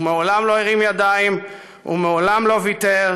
הוא מעולם לא הרים ידיים, הוא מעולם לא ויתר.